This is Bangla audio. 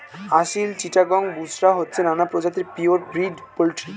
আসিল, চিটাগাং, বুশরা হচ্ছে নানা প্রজাতির পিওর ব্রিড পোল্ট্রি